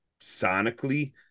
sonically